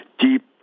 deep